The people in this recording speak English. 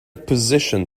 position